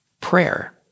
prayer